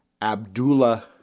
Abdullah